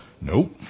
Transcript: Nope